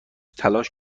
تلاش